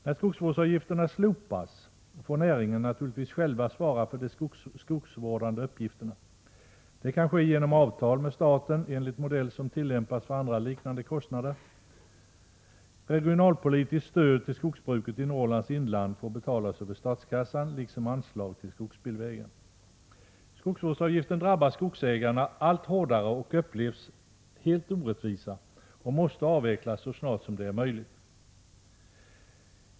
När skogsvårdsavgifterna slopas får näringen naturligtvis själv svara för de skogsvårdande uppgifterna. Det kan ske genom avtal med staten enligt modell som tillämpas för andra liknande kostnader. Regionalpolitiskt stöd till skogsbruket i Norrlands inland får betalas över statskassan liksom anslag till skogsbilvägar. Skogsvårdsavgiften drabbar skogsägarna allt hårdare och upplevs som helt orättvis och måste avvecklas så snart som det är möjligt.